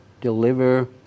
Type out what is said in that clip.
deliver